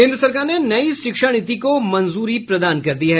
केन्द्र सरकार ने नई शिक्षा नीति को मंजूरी प्रदान कर दी है